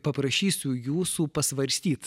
paprašysiu jūsų pasvarstyt